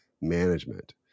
management